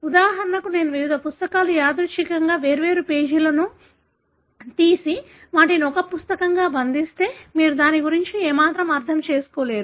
ఉదాహరణకు నేను వివిధ పుస్తకాల యాదృచ్ఛికంగా వేర్వేరు పేజీలను తీసి వాటిని ఒక పుస్తకంగా బంధిస్తే మీరు దాని గురించి ఏమాత్రం అర్థం చేసుకోలేరు